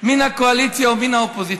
מן הקואליציה ומן האופוזיציה,